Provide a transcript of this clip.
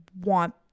want